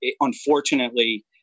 unfortunately